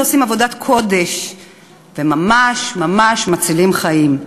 שעושים עבודת קודש וממש ממש מצילים חיים.